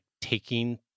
taking